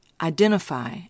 Identify